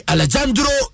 Alejandro